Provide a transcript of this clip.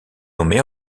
nommée